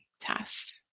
test